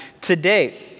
today